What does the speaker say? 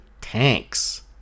tanks